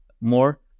more